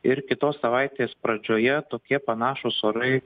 ir kitos savaitės pradžioje tokie panašūs orai